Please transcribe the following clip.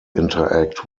interact